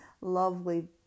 lovely